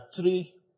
three